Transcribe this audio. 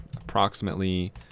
approximately